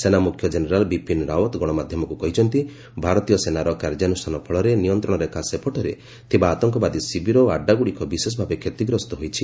ସେନାମୁଖ୍ୟ ଜେନେରାଲ୍ ବିପିନ ରାଓ୍ୱତ ଗଣମାଧ୍ୟମକୁ କହିଛନ୍ତିଭାରତୀୟ ସେନାର କାର୍ଯ୍ୟାନୁଷ୍ଠାନ ଫଳରେ ନିୟନ୍ତ୍ରଣରେଖା ସେପଟରେ ଥିବା ଆତଙ୍କବାଦୀ ଶିବିର ଓ ଆଡ୍ଭାଗୁଡ଼ିକ ବିଶେଷଭାବେ କ୍ଷତିଗ୍ରସ୍ତ ହୋଇଛି